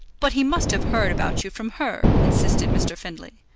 but he must have heard about you from her, insisted mr. findlay.